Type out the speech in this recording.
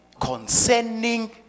concerning